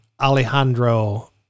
Alejandro